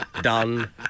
done